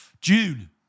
June